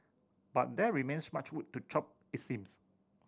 but there remains much wood to chop it seems